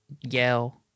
yell